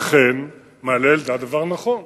אכן, מעלה אלדד דבר נכון,